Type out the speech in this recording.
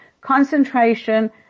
concentration